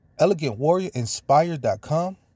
ElegantWarriorInspired.com